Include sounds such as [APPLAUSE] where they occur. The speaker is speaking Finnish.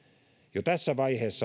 jo tässä vaiheessa [UNINTELLIGIBLE]